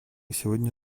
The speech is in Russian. сегодня